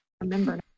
remember